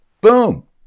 boom